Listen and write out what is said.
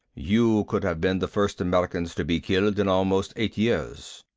you could have been the first americans to be killed in almost eight years.